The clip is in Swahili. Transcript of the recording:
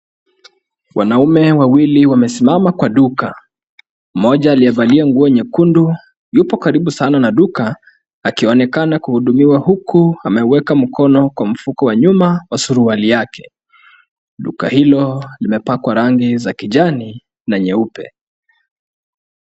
Wanaume wawili wamesimama kwa duka. Mmoja aliyevalia nguo nyekundu yupo karibu sana na duka, akionekana kuhudumiwa huku ameuweka mkono kwa mfuko wa nyuma wa suruali yake. Duka hilo limepakwa rangi za kijani na nyeupe.